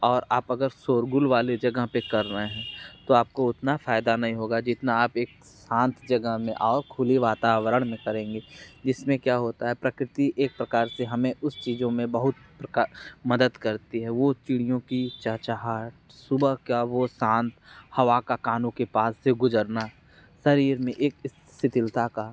और आप अगर शोरगुल वाले जगह पर कर रहे हैं तो आपको उतना फ़ायदा नहीं होगा जितना आप एक शांत जगह में और खुली वातावरण में करेंगे इसमें क्या होता है प्रकृति एक प्रकार से हमें उस चीज़ों में बहुत प्रकार मदद करती है वह चिड़ियों की चहचहाहट सुबह क्या वह शांत हवा का कानों के पास से गुजरा शरीर में शिथिलता का